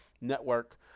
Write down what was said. Network